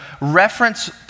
reference